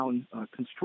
construction